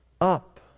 up